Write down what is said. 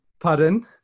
Pardon